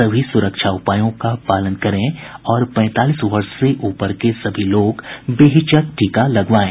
सभी सुरक्षा उपायों का पालन करें और पैंतालीस वर्ष से ऊपर के सभी लोग बेहिचक टीका लगवाएं